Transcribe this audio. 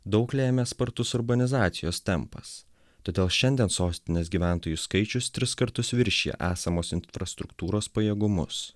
daug lėmė spartus urbanizacijos tempas todėl šiandien sostinės gyventojų skaičius tris kartus viršija esamos infrastruktūros pajėgumus